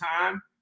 time